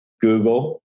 Google